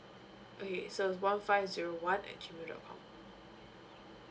okay so is one five zero one at G mail dot com